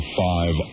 five